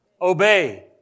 Obey